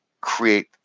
create